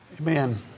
Amen